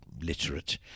literate